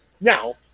Now